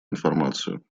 информацию